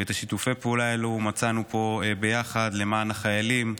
ואת שיתופי הפעולה האלו מצאנו פה ביחד למען החיילים,